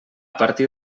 partir